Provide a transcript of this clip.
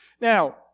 Now